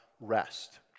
rest